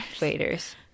Waiters